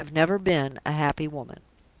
i have never been a happy woman.